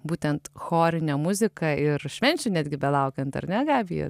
būtent chorinę muziką ir švenčių netgi belaukiant ar ne gabija